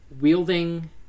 wielding